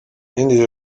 rindi